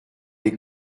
les